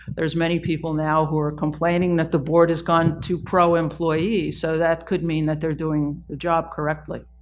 there's many people now, who are complaining that the board has gone to pro employee. so that could mean that they're doing the job correctly.